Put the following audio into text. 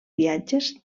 viatges